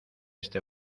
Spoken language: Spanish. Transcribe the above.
este